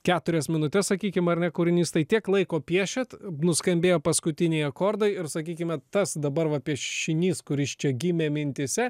keturias minutes sakykim ar ne kūrinys tai tiek laiko piešiat nuskambėjo paskutiniai akordai ir sakykime tas dabar va piešinys kuris čia gimė mintyse